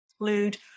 include